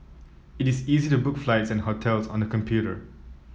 it is easy to book flights and hotels on the computer